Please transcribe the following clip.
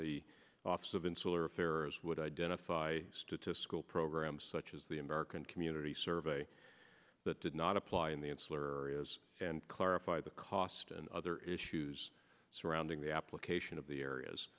the office of insular affairs would identify to school programs such as the american community survey that did not apply in the insular and clarify the cost and other issues surrounding the application of the